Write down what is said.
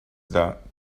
that